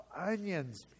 onions